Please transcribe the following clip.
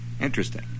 Interesting